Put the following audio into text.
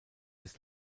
ist